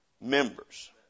members